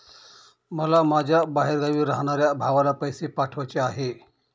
मला माझ्या बाहेरगावी राहणाऱ्या भावाला पैसे पाठवायचे आहे